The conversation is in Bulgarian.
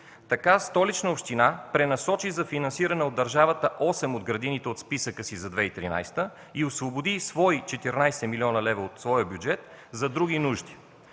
Така Столична община пренасочи за финансиране от държавата 8 от градините от списъка си за 2013 г. и освободи 14 млн. лева от своя бюджет за други нужди,